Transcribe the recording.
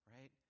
Right